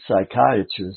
psychiatrists